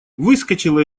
выскочила